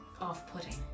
off-putting